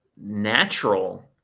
natural